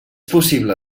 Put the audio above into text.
possible